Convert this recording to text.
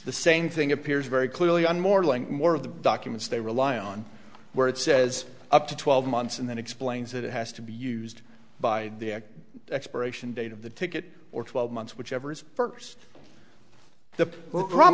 the same thing appears very clearly and more like more of the documents they rely on where it says up to twelve months and then explains that it has to be used by the expiration date of the ticket or twelve months whichever is first